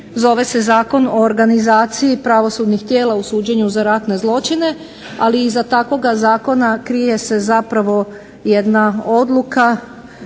zove se Zakon o organizaciji pravosudnih tijela u suđenju za ratne zločine, ali iza takvog zakona krije se zapravo jedna odluka